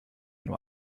nur